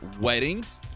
weddings